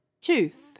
tooth